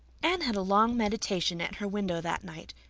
anne had a long meditation at her window that night.